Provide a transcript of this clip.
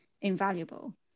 invaluable